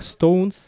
Stones